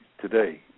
Today